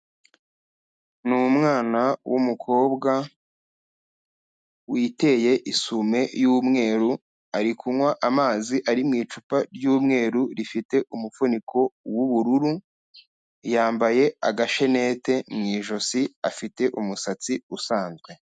Ni umwana w'umukobwa witeye isume y'umweru, ari kunywa amazi ari mu icupa ry'umweru rifite umufuniko w'ubururu, yambaye agashenete mu ijosi, afite umusatsi usanzwe.